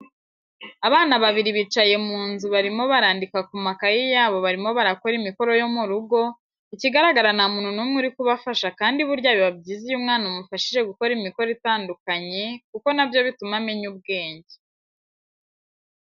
Abana babiri bicaye mu nzu barimo barandika ku makaye yabo barimo barakora imikoro yo mu rugo, ikigaraga nta muntu numwe uri kubafasha kandi burya biba byiza iyo umwana umufashije gukora imikoro itandukanye kuko nabyo bituma amenya ubwenge.